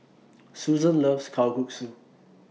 Suzann loves Kalguksu